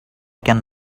can